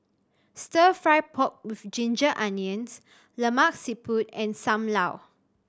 Stir Fry pork with ginger onions Lemak Siput and Sam Lau